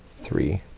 three